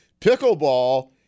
pickleball